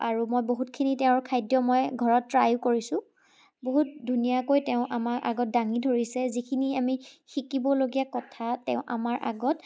আৰু মই বহুতখিনি তেওঁৰ খাদ্য মই ঘৰত ট্ৰায়ো কৰিছোঁ বহুত ধুনীয়াকৈ তেওঁ আমাৰ আগত দাঙি ধৰিছে যিখিনি আমি শিকিবলগীয়া কথা তেওঁ আমাৰ আগত